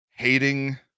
hating